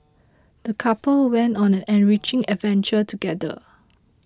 the couple went on an enriching adventure together